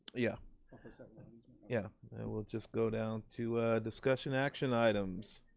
yeah so yeah we'll just go down to discussion action items.